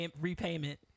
repayment